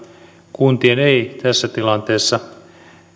kuntien ei tässä tilanteessa